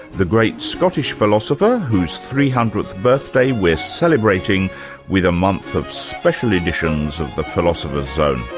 the great scottish philosopher whose three hundredth birthday we're celebrating with a month of special editions of the philosopher's zone.